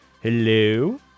Hello